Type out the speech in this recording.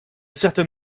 certain